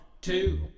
two